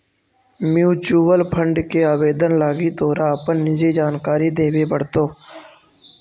mutual fund के आवेदन लागी तोरा अपन निजी जानकारी देबे पड़तो